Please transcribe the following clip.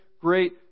Great